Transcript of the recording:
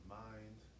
mind